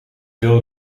veel